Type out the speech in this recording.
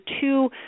two